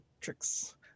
tricks